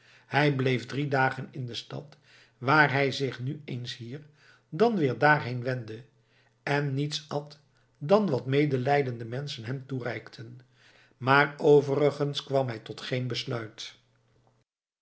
hij bleef drie dagen in de stad waar hij zich nu eens hier dan weer daarheen wendde en niets at dan wat medelijdende menschen hem toereikten maar overigens kwam hij tot geen besluit